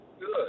Good